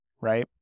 right